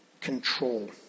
control